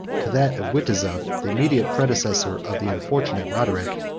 to that of witiza, the immediate predecessor of the unfortunate roderic,